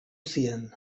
zien